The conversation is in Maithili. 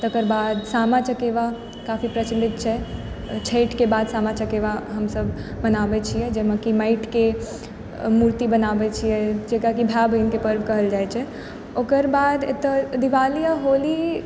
तकर बाद सामा चकेवा काफी प्रचलित छै छठिके बाद सामा चकेवा हमसब मनाबै छियै जाहिमे कि माटिके मुर्ति बनाबै छियै जकरा कि भाय बहिनके पर्व कहल जाइ छै ओकर बाद एतऽ दीवाली आओर होली